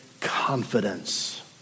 confidence